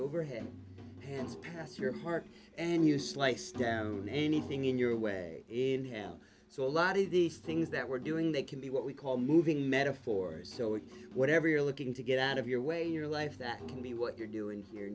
overhead hands past your heart and you slice down anything in your way in hell so a lot of these things that we're doing that can be what we call moving metaphors or whatever you're looking to get out of your way your life that can be what you're doing here